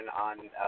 on